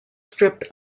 stripped